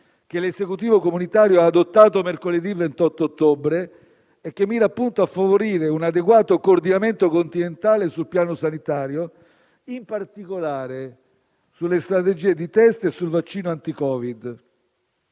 che l'Esecutivo comunitario ha adottato mercoledì 28 ottobre e che mira appunto a favorire un adeguato coordinamento continentale sul piano sanitario, in particolare sulle strategie di test e sul vaccino anticovid.